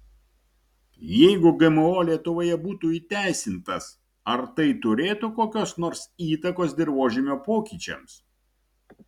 jeigu gmo lietuvoje būtų įteisintas ar tai turėtų kokios nors įtakos dirvožemio pokyčiams